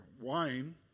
wine